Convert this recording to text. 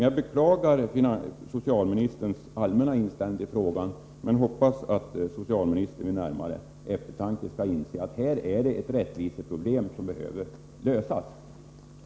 Jag beklagar socialministerns allmänna inställning till frågan, men hoppas att han vid närmare eftertanke kommer att inse att detta är en rättvisefråga som behöver lösas.